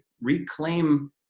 reclaim